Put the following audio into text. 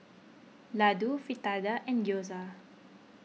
Ladoo Fritada and Gyoza